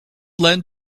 led